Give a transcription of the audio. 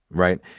right,